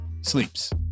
Sleeps